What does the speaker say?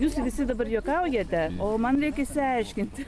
jūs visi dabar juokaujate o man reikia išsiaiškint